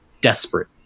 desperate